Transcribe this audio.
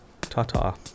ta-ta